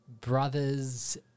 Brothers